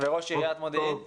וראש עיריית מודיעין.